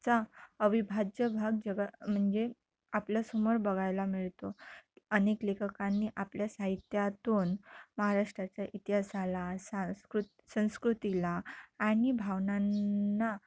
चा अविभाज्य भाग जगा म्हणजे आपला समोर बघायला मिळतो अनेक लेखकांनी आपल्या साहित्यातून महाराष्ट्राच्या इतिहासाला सांस्कृत संस्कृतीला आणि भावनांना